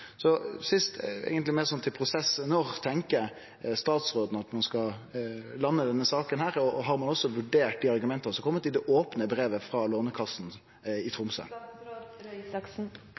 Så til sist, eigentleg meir til prosessen: Når tenkjer statsråden at ein skal lande denne saka, og har ein også vurdert dei argumenta som har kome i det opne brevet frå Lånekassen i Tromsø?